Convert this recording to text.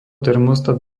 termostat